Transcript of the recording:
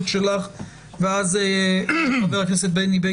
עומס נגיפי בחלל שלא מאוורר בצורה מספיק טובה ואפילו עד פי 20 סיכון